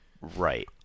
Right